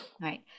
Right